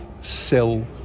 sell